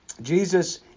Jesus